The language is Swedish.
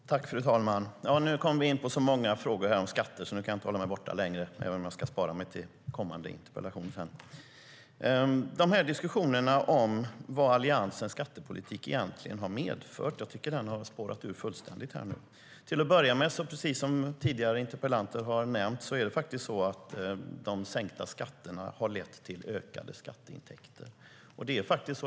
STYLEREF Kantrubrik \* MERGEFORMAT Svar på interpellationerJag tycker att diskussionen om vad Alliansens skattepolitik egentligen har medfört har spårat ur fullständigt. Till att börja med har de sänkta skatterna, precis som tidigare interpellanter har nämnt, lett till ökade skatteintäkter.